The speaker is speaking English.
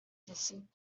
listened